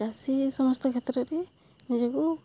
ଚାଷୀ ସମସ୍ତ କ୍ଷେତ୍ରରେ ନିଜକୁ